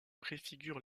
préfigure